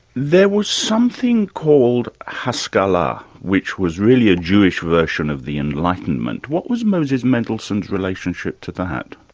there was something called haskalah, which was really a jewish version of the enlightenment. what was moses mendelssohn's relationship to that?